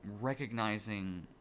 recognizing